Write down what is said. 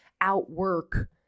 outwork